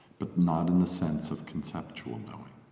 but not in the sense of conceptual knowing